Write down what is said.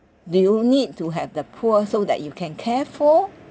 do you need to have the poor so that you can care for